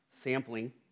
sampling